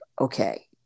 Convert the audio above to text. okay